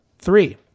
Three